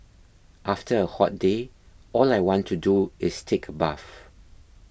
after a hot day all I want to do is take a bath